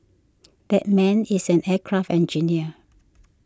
that man is an aircraft engineer